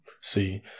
See